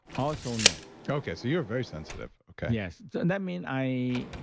also no okay, so you're very sensitive. okay yes. that mean i.